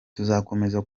tuzakomeza